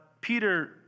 Peter